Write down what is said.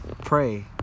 pray